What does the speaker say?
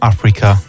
Africa